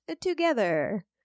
together